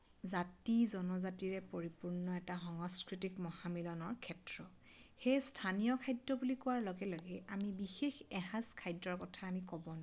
জাতি জনজাতিৰে পৰিপূৰ্ণ এটা সংস্কৃতিক মহামিলনৰ ক্ষেত্ৰ সেই স্থানীয় খাদ্য বুলি কোৱাৰ লগে লগে আমি বিশেষ এসাঁজ খাদ্যৰ কথা আমি ক'ব নোৱাৰোঁ